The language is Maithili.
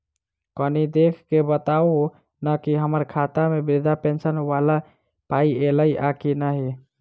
कनि देख कऽ बताऊ न की हम्मर खाता मे वृद्धा पेंशन वला पाई ऐलई आ की नहि?